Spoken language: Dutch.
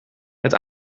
het